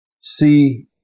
see